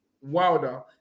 Wilder